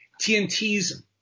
TNT's